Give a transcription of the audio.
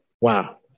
Wow